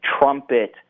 trumpet